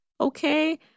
okay